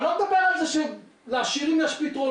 אני לא מדבר על זה לעשירים יש פתרונות,